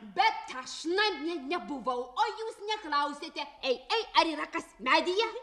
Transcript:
bet aš namie nebuvau o jūs neklausėte ei ei ar yra kas medyje